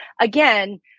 again